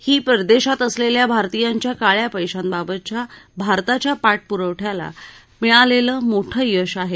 ही परदेशात असलेल्या भारतीयांच्या काळ्या पैशांबाबतच्या भारताच्या पाठपुराव्याला मिळालेले मोठे यश आहे